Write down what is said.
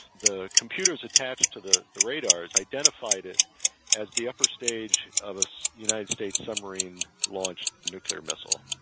the computers attached to the the radars identified it as the upper stage of a so united states submarine launched nuclear missile.